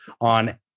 on